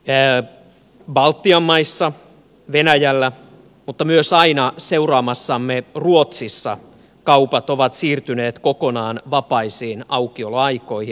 esimerkiksi baltian maissa venäjällä mutta myös aina seuraamassamme ruotsissa kaupat ovat siirtyneet kokonaan vapaisiin aukioloaikoihin